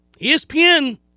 ESPN